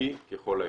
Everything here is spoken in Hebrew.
נקי ככל האפשר.